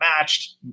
matched